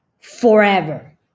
forever